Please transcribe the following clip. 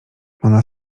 ona